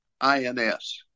INS